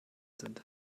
sind